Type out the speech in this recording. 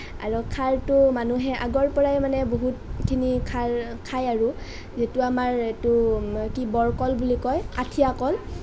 আৰু খাৰটো মানে মানুহে আগৰ পৰাই বহুতখিনি খাৰ খায় আৰু যিটো আমাৰ এইটো কি বৰ কল বুলি কয় সেই আঠিয়া কল